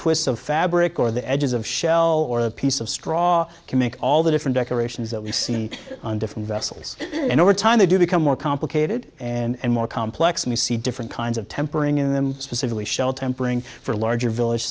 twists of fabric or the edges of shell or a piece of straw can make all the different decorations that you see on different vessels and over time they do become more complicated and more complex and you see different kinds of tempering in them specifically shell tempering for larger village